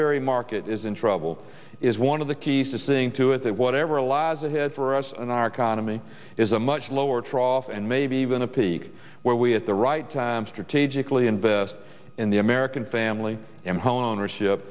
very market is in trouble is one of the key thing to it that whatever lies ahead for us in our economy is a much lower trough and maybe even a peak where we are at the right time strategically invest in the american family and home ownership